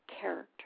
character